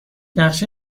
نقشه